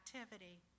activity